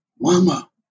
Mama